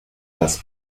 las